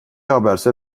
haberse